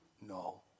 No